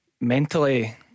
mentally